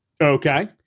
Okay